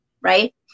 right